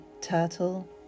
Turtle